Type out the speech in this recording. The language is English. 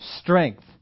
strength